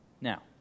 Now